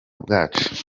bwacu